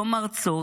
לא מרצות,